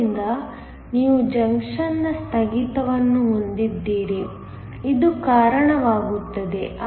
ಆದ್ದರಿಂದ ನೀವು ಜಂಕ್ಷನ್ ನ ಸ್ಥಗಿತವನ್ನು ಹೊಂದಿದ್ದೀರಿ ಇದು ಕಾರಣವಾಗುತ್ತದೆ